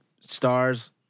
stars